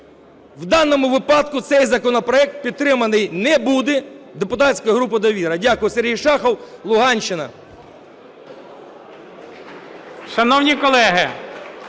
В даному випадку цей законопроект підтриманий не буде депутатською групою "Довіра". Дякую. Сергій Шахов, Луганщина.